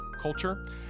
culture